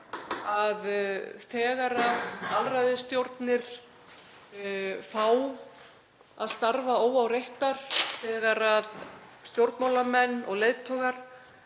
Að þegar alræðisstjórnir fá að starfa óáreittar, þegar stjórnmálamenn og leiðtogar,